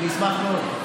אני אשמח מאוד.